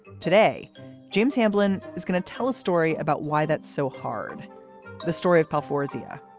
today james hamblin is going to tell a story about why that's so hard the story of paul fawzia.